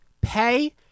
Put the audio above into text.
pay